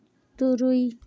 ᱛᱩᱨᱩᱭ